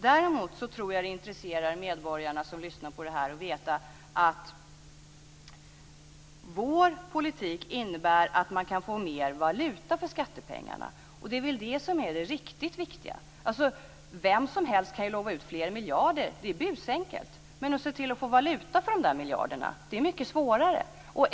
Däremot tror jag att det intresserar medborgarna som lyssnar på det här att veta att vår politik innebär att man kan få mer valuta för skattepengarna, och det är väl det som är det riktigt viktiga. Vem som helst kan ju lova ut fler miljarder. Det är busenkelt! Men att se till att få valuta för de där miljarderna är mycket svårare.